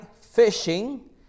fishing